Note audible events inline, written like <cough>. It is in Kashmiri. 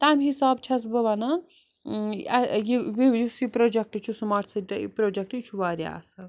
تَمہِ حسابہٕ چھیٚس بہٕ ونان ٲں <unintelligible> یُس یہِ پرٛوجیٚکٹہٕ چھُ سِمارٹ سٹی پرٛوجیٚکٹہٕ یہِ چھُ واریاہ اصٕل